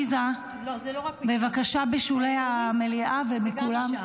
בבקשה, בשולי המליאה וכולם.